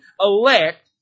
elect